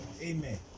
Amen